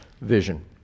vision